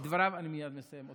אני מייד מסיים.